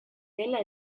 dela